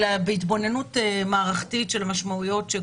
אלא בהתבוננות מערכתית על המשמעויות.